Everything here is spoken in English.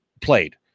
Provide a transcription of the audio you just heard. played